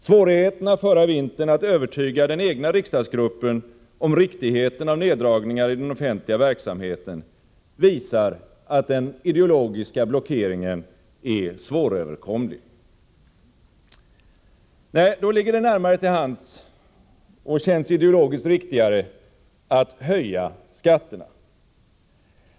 Svårigheterna förra vintern att övertyga den egna riksdagsgruppen om riktigheten av neddragningar i den offentliga verksamheten visar att den ideologiska blockeringen är svåröverkomlig. Då ligger det närmare till hands och känns ideologiskt riktigare att höja skatterna.